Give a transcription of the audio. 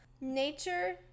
nature